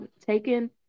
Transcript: taken